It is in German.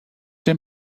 dem